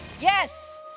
Yes